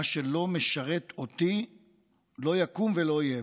מה שלא משרת אותי לא יקום ולא יהיה,